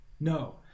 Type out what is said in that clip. no